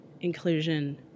inclusion